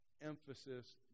Emphasis